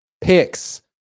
picks